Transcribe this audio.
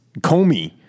Comey